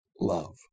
love